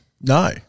no